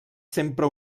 sempre